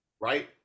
right